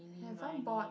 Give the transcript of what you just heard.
have I bought